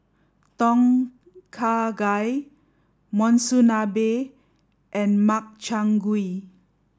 Tom Kha Gai Monsunabe and Makchang gui